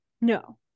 No